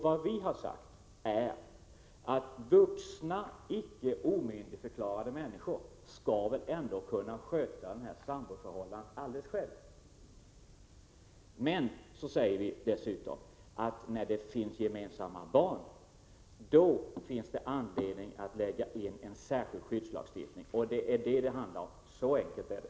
Vad vi har sagt är att vuxna, icke omyndigförklarade människor skall kunna sköta ett samboförhållande alldeles själva. Men vi säger dessutom att när det finns gemensamma barn finns det anledning till en särskild skyddslagstiftning. Det är detta det handlar om. Så enkelt är det.